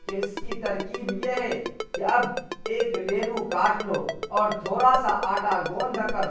کہ اس کی ترکیب یہ ہے کہ اب ایک لیمو کاٹ لو اور تھوڑا سا آٹا گوندھ کر